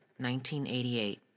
1988